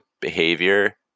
behavior